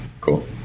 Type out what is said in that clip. Cool